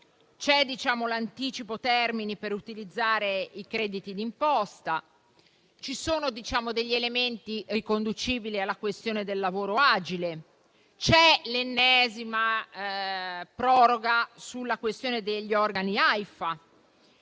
sono l’anticipo termini per utilizzare i crediti di imposta, elementi riconducibili alla questione del lavoro agile, l’ennesima proroga sulla questione degli organi Aifa